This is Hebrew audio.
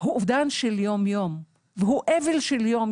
הוא אובדן של יום יום והוא אבל של יום